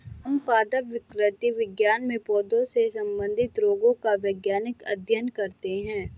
हम पादप विकृति विज्ञान में पौधों से संबंधित रोगों का वैज्ञानिक अध्ययन करते हैं